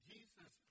Jesus